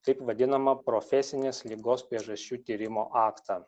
taip vadinamą profesinės ligos priežasčių tyrimo aktą